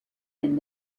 and